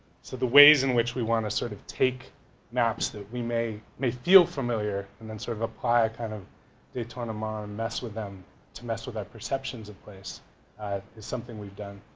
so the ways in which we wanna sort of take maps that we may may feel familiar and then sort of apply a kind of daytona mom mess with them to mess with our perceptions of place is something we've done.